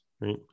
right